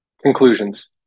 Conclusions